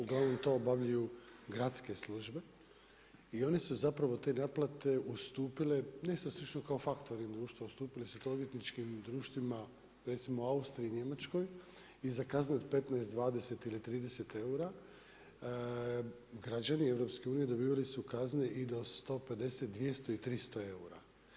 Uglavnom to obavljaju gradske službe i one su zapravo te naplate ustupile nešto slično kao faktoring društva, ustupile su to odvjetničkim društvima recimo Austriji i Njemačkoj, i za kazne od 15, 20 ili 30 eura, građani EU-a dobivali su kazne i do 150, 200 i 300 eura.